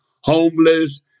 homeless